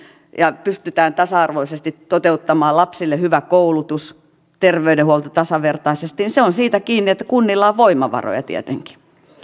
ja pystytään tasa arvoisesti toteuttamaan lapsille hyvä koulutus terveydenhuolto tasavertaisesti ja se on siitä kiinni että kunnilla on voimavaroja tietenkin